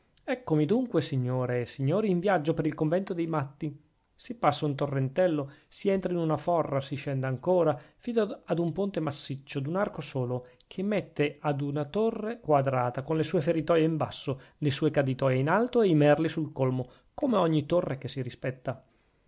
eccomi dunque signore e signori in viaggio per il convento dei matti si passa un torrentello si entra in una forra si scende ancora fino ad un ponte massiccio d'un arco solo che mette ad una torre quadrata con le sue feritoie in basso le sue caditoie in alto e i merli sul colmo come ogni torre che si rispetta